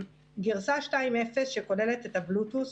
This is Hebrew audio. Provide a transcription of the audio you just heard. גרסה 2.0 שכוללת את הבלוטות',